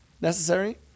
necessary